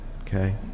okay